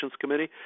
Committee